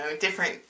different